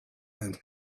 and